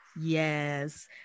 Yes